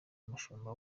umushumba